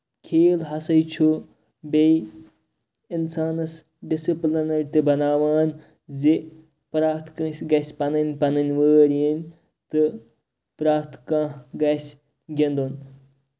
کھیل ہسا چھُ بیٚیہِ اِنسانَس ڈِسٕپُلٕنٛڈ تہِ بَناوان زِ پرٛتھ کٲنٛسہِ گژھِ پَنٕنۍ پَنٕنۍ وٲرۍ یِنۍ تہٕ پرٛتھ کانٛہہ گژھِ گِنٛدُن